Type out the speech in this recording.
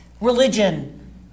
religion